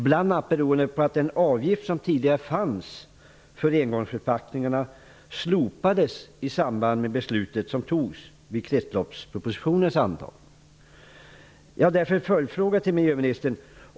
Det beror bl.a. på att den avgift som tidigare fanns för engångsförpackningarna slopades i samband med det beslut som fattades vid kretsloppspropositionens antagande. Jag har därför några följdfrågor till miljöministern.